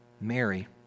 Mary